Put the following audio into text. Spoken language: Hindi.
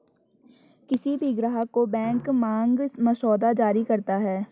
किसी भी ग्राहक को बैंक मांग मसौदा जारी करता है